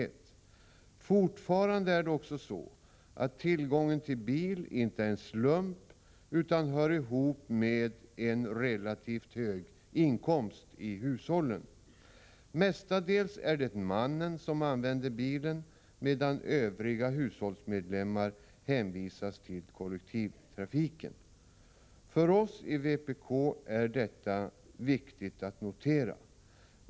Det är fortfarande också så att tillgången till bil inte är en slump utan hör ihop med en relativt hög inkomst i hushållen. Mestadels är det mannen som använder bilen, medan övriga hushållsmedlemmar hänvisas till kollektivtrafiken. För oss i vpk är detta viktigt att notera.